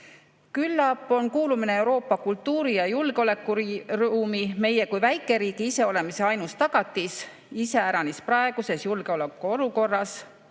Küllap on kuulumine Euroopa kultuuri‑ ja julgeolekuruumi meie kui väikeriigi iseolemise ainus tagatis, iseäranis praeguses julgeolekuolukorras,